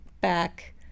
back